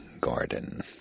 Garden